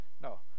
No